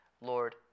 Lord